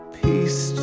peace